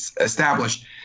established